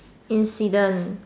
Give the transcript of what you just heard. incident